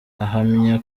ahamya